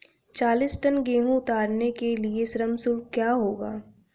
चालीस टन गेहूँ उतारने के लिए श्रम शुल्क क्या होगा?